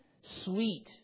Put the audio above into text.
sweet